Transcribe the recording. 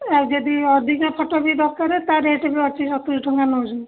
ଆଉ ଯଦି ଅଧିକା ଫଟୋ ବି ଦରକାର ତା ରେଟ୍ ବି ଅଛି ସତୁରୀ ଟଙ୍କା ନେଉଛୁ